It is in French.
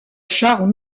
charles